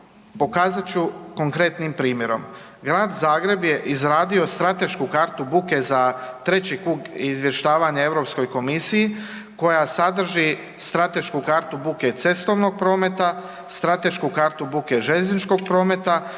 pokazat ću konkretnim primjerom. Grad Zagreb je izradio stratešku kartu buke za treći krug izvještavanje Europskoj komisiji koja sadrži stratešku kartu buke cestovnog prometa, stratešku kartu buke željezničkog prometa